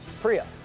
priya